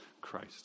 Christ